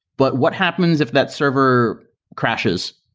but what happens if that server crashes?